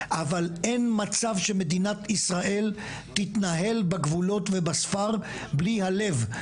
אבל אין מצב שמדינת ישראל תתנהל בגבולות ובספר בלי הלב,